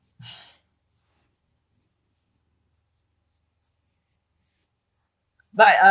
but uh